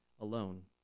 alone